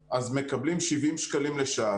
MyHeritageאז מקבלים 70 שקלים לשעה.